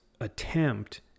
attempt